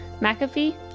McAfee